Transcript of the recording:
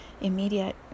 immediate